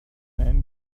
man